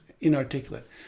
inarticulate